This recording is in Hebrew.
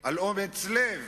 על אומץ לב